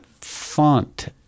font